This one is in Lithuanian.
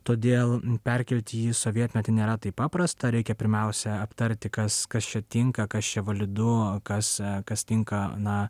todėl perkelti jį į sovietmetį nėra taip paprasta reikia pirmiausia aptarti kas kas čia tinka kas čia validu kas kas tinka na